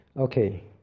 okay